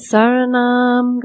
Saranam